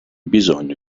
bisogno